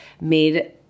made